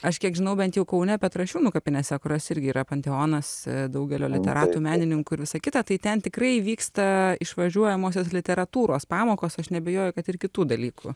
aš kiek žinau bent jau kaune petrašiūnų kapinėse kurios irgi yra panteonas daugelio literatų menininkų ir visa kita tai ten tikrai įvyksta išvažiuojamosios literatūros pamokos aš neabejoju kad ir kitų dalykų